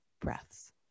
breaths